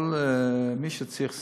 כל מי שצריך סיעוד,